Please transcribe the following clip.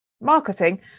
marketing